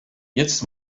jetzt